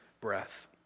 breath